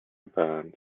burns